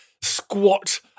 squat